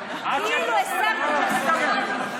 כאילו הסרתם מסכה,